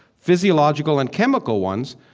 physiological and chemical ones,